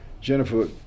jennifer